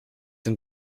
denn